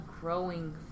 growing